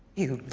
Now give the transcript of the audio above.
you,